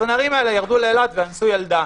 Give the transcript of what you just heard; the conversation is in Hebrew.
הנערים האלה ירדו לאילת ואנסו ילדה.